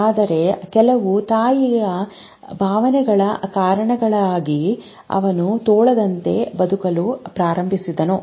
ಆದರೆ ಕೆಲವು ತಾಯಿಯ ಭಾವನೆಗಳ ಕಾರಣಗಳಿಗಾಗಿ ಅವನು ತೋಳದಂತೆ ಬದುಕಲು ಪ್ರಾರಂಭಿಸಿದನು